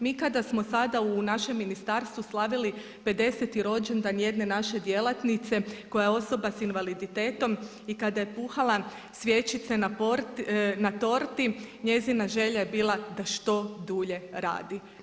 Mi kada smo sada u našem ministarstvu slavili 50.-ti rođendan jedne naše djelatnice koja je osoba sa invaliditetom i kada je puhala svjećice na torti njezina želja je bila da što dulje radi.